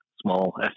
small